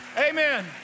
Amen